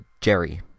jerry